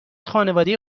خانواده